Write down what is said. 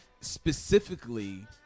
specifically